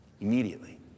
Immediately